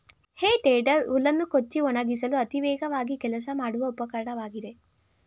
ಹೇ tedder ಹುಲ್ಲನ್ನು ಕೊಚ್ಚಿ ಒಣಗಿಸಲು ಅತಿ ವೇಗವಾಗಿ ಕೆಲಸ ಮಾಡುವ ಉಪಕರಣವಾಗಿದೆ